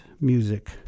music